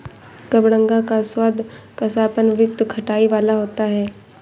कबडंगा का स्वाद कसापन युक्त खटाई वाला होता है